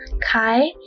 Kai